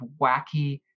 wacky